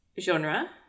genre